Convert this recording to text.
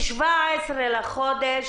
ב-17 בחודש,